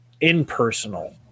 impersonal